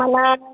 अला